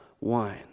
wine